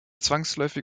zwangsläufig